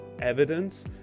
evidence